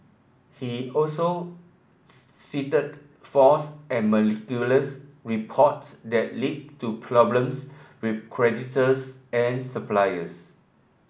he also cited false and reports that led to problems with creditors and suppliers